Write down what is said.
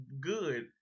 Good